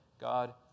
God